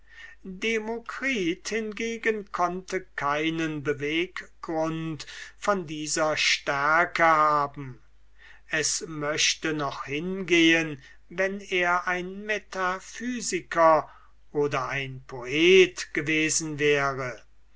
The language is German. demokritus hingegen konnte keinen beweggrund von dieser stärke haben es möchte noch hingehen wenn er ein metaphysiker oder ein poet gewesen wäre